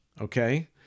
okay